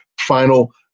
final